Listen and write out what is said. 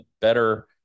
better